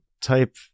type